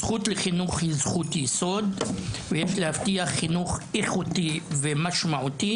הזכות לחינוך היא זכות ייסוד ויש להבטיח חינוך איכותי ומשמעותי,